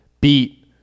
beat